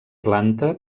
planta